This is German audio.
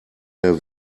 der